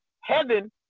heaven